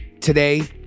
today